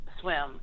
swim